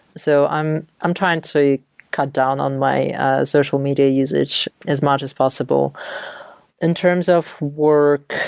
so i'm i'm trying to cut down on my social media usage as much as possible in terms of work,